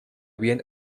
bien